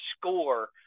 score